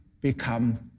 become